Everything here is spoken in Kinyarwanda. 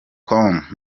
com